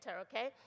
okay